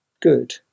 Good